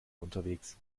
unterwegs